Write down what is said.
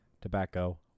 tobacco